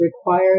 required